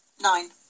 nine